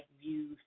views